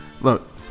Look